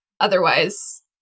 Otherwise